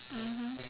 mmhmm